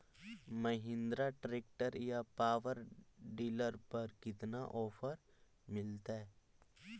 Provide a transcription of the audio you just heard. Mahindra tractor या power dealer पर कितना ओफर मीलेतय?